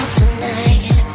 tonight